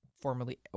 formerly